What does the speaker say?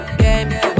game